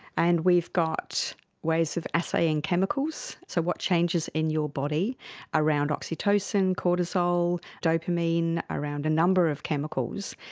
and we've got ways of assaying chemicals, so what changes in your body around oxytocin, cortisol, dopamine, around a number of chemicals.